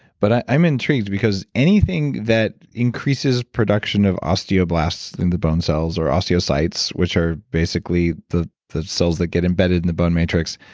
but i'm intrigued because anything that increases production of osteoblasts in the bone cells or osteocytes, which are basically the the cells that get embedded in the bone matrix,